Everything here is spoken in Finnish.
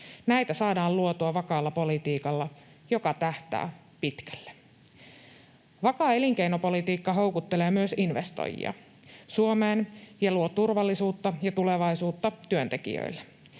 Näitä saadaan luotua vakaalla politiikalla, joka tähtää pitkälle. Vakaa elinkeinopolitiikka houkuttelee myös investoijia Suomeen ja luo turvallisuutta ja tulevaisuutta työntekijöille.